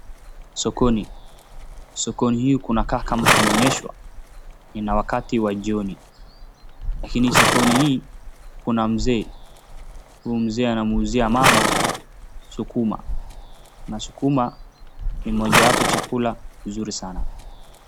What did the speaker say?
Sokoni, sokoni hii kunakaa kama kumenyesha na ni wakati wa jioni, lakini sokoni hii kuna mzee . Huyu mzee anamuuzia mama sukuma na sukuma ni mojawapo chakula zuri sana.